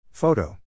Photo